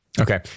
Okay